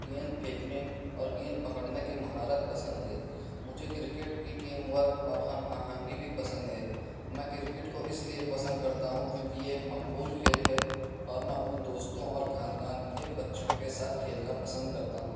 گیند پھینکنے اور گینڈ پکڑنے کی مہارت پسند ہے مجھے کرکٹ کی ٹیم ورک اور ہم آہنگی بھی پسند ہے میں کرکٹ کو اس لئے بھی پسند کرتا ہوں کیونکہ یہ ایک مقبول کھیل ہے اور میں اپنے دوستوں اور خاندان کے بچوں کے ساتھ کھیلنا پسند کرتا ہوں